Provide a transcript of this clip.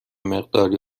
مقداری